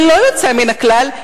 ללא יוצא מן הכלל,